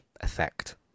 effect